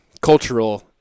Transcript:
cultural